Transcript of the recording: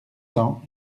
cents